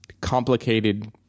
complicated